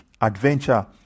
adventure